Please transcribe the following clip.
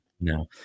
No